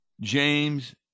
James